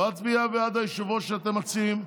לא אצביע בעד היושב-ראש שאתם מציעים,